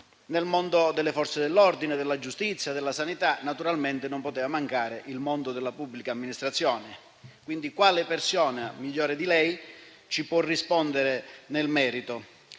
nel mondo delle Forze dell'ordine, della giustizia o della sanità; e naturalmente, non poteva mancare il mondo della pubblica amministrazione. Quindi, quale persona meglio di lei ci può rispondere nel merito?